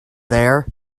there